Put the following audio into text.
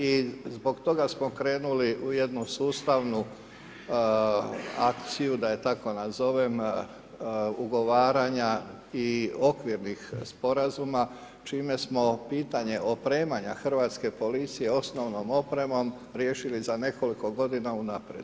I zbog toga smo krenuli u jednu sustavnu akciju, da je tako nazovem, ugovaranja i okvirnih sporazuma, čime smo pitanje opremanja hrvatske policije osnovnom opremom riješili za nekoliko godina unaprijed.